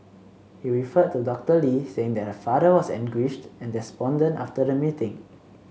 he referred to Doctor Lee saying that her father was anguished and despondent after the meeting